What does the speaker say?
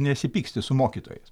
nesipyksti su mokytojais